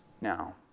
now